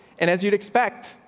and as you'd expect,